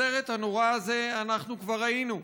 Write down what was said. בסרט הנורא הזה אנחנו כבר היינו,